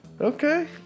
Okay